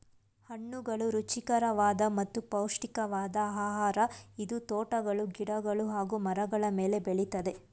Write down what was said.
ಹಣ್ಣುಗಳು ರುಚಿಕರವಾದ ಮತ್ತು ಪೌಷ್ಟಿಕವಾದ್ ಆಹಾರ ಇದು ತೋಟಗಳು ಗಿಡಗಳು ಹಾಗೂ ಮರಗಳ ಮೇಲೆ ಬೆಳಿತದೆ